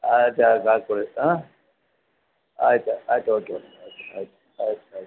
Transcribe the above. ಆಯ್ತು ಆಯ್ತು ಹಾಕ್ಕೊಳ್ಳಿ ಆಂ ಆಯ್ತು ಆಯ್ತು okay okay okay okay okay okay